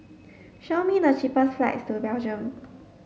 show me the cheapest flights to Belgium